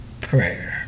prayer